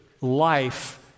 life